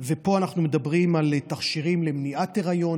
ופה אנחנו מדברים על תכשירים למניעת היריון,